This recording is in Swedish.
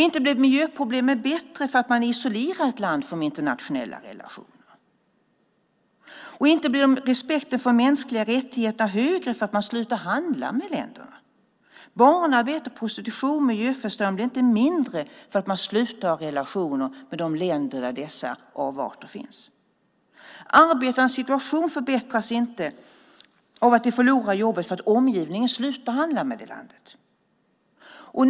Inte blir miljöproblemen bättre för att man isolerar ett land från internationella relationer. Och inte blir respekten för de mänskliga rättigheterna större för att man slutar handla med länderna. Det blir inte mindre barnarbete, prostitution och miljöförstöring för att man slutar att ha relationer med de länder där dessa avarter finns. Arbetarnas situation förbättras inte av att de förlorar jobbet för att omgivningen slutar handla med detta land.